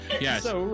Yes